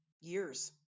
years